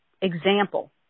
Example